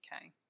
okay